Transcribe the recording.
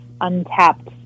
untapped